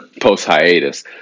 post-hiatus